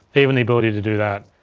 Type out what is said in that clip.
even the ability to do that.